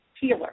healer